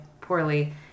poorly